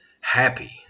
happy